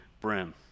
brim